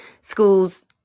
schools